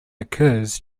occurs